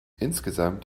insgesamt